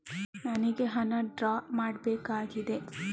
ನನಿಗೆ ಹಣ ಡ್ರಾ ಮಾಡ್ಬೇಕಾಗಿದೆ